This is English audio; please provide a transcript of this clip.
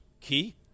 Key